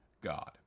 God